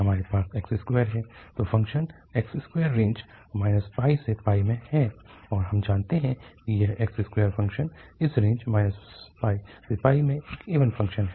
हमारे पास x2 है तो फ़ंक्शन x2 रेंज में है और हम जानते हैं कि यह x2 फ़ंक्शन इस रेंज में एक इवन फ़ंक्शन है